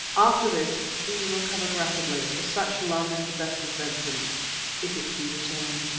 after this, stephen recovered rapidly, for such love is the best of medicines if it be returned.